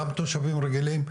גם תושבים רגילים,